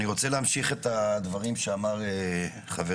אני רוצה להמשיך את הדברים שאמר חברי.